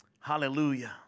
hallelujah